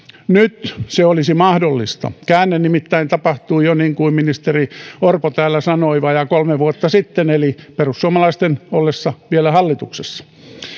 nyt se olisi mahdollista käänne nimittäin tapahtui jo niin kuin ministeri orpo täällä sanoi vajaa kolme vuotta sitten eli perussuomalaisten ollessa vielä hallituksessa